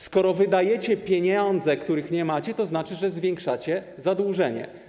Skoro wydajecie pieniądze, których nie macie, to znaczy, że zwiększacie zadłużenie.